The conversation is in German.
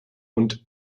und